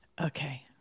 Okay